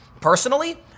Personally